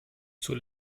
zur